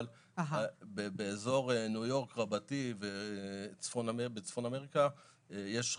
אבל באזור ניו יורק רבתי ובצפון אמריקה יש רכזת,